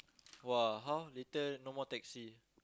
!wah! how later no more taxi